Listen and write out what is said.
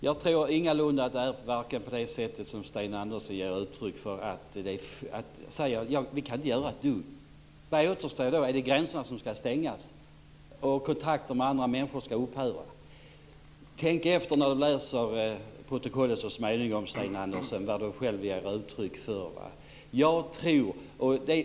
Herr talman! Jag tror inte att det är så som Sten Andersson ger uttryck för, att vi inte kan göra ett dugg. Vad återstår då? Ska vi stänga gränserna? Ska kontakter med andra människor upphöra? Sten Andersson kan när han så småningom själv läser protokollet tänka igenom vad det är han ger för uttryck för.